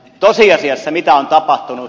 tosiasiassa mitä on tapahtunut